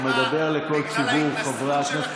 הוא מדבר לכל ציבור חברי הכנסת.